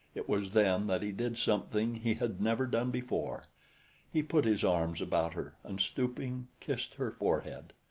it was then that he did something he had never done before he put his arms about her and stooping, kissed her forehead.